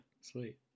Sweet